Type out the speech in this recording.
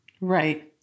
Right